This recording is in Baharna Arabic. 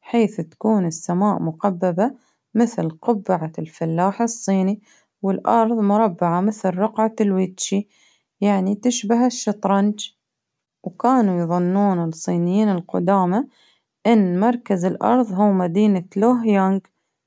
حيث تكون السماء مقببة مثل قبعة الفلاحة الصيني، والأرظ مربعة مثل رقعة البيتشي ، يعني تشبه الشطرنج ، وكانوا يظنون الصينيين القدامى إن مركز الأرظ هو مدينة لوهيونج.